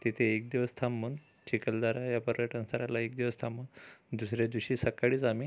तिथे एक दिवस थांबून चिखलदरा या पर्यटन स्थळाला एक दिवस थांबून दुसऱ्या दिवशी सकाळीच आम्ही